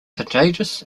contagious